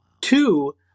Two